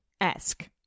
Ask